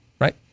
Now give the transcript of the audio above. right